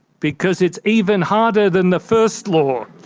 because it's even harder than the first law.